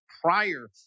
prior